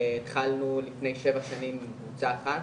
התחלנו לפני שבע שנים קבוצה אחת